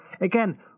again